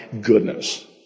goodness